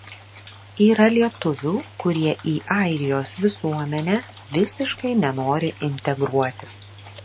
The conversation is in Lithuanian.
yra lietuvių kurie į airijos visuomenę visiškai nenori integruotis